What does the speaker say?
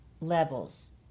levels